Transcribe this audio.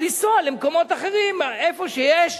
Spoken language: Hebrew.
לנסוע למקומות אחרים, איפה שיש,